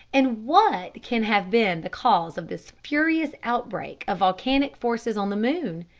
and what can have been the cause of this furious outbreak of volcanic forces on the moon?